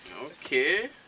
Okay